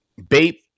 BAPE